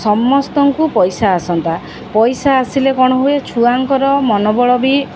ସମସ୍ତଙ୍କୁ ପଇସା ଆସନ୍ତା ପଇସା ଆସିଲେ କଣ ହୁଏ ଛୁଆଙ୍କର ମନୋବଳ ବି